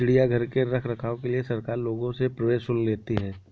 चिड़ियाघर के रख रखाव के लिए सरकार लोगों से प्रवेश शुल्क लेती है